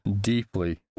deeply